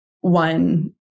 one